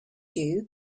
you